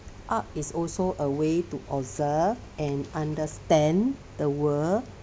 art is also a way to observe and understand the world